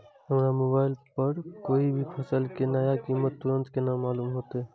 हमरा मोबाइल पर कोई भी फसल के नया कीमत तुरंत केना मालूम होते?